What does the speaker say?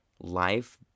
life